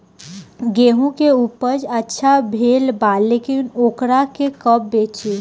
गेहूं के उपज अच्छा भेल बा लेकिन वोकरा के कब बेची?